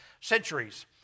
centuries